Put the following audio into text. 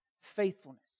Faithfulness